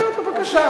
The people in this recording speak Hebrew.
אתם יודעים מה, בבקשה.